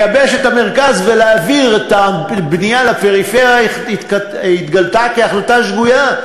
ההחלטה לייבש את המרכז ולהעביר את הבנייה לפריפריה התגלתה כהחלטה שגויה,